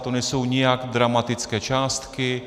To nejsou nijak dramatické částky.